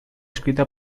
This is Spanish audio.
escrita